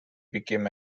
became